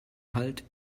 halt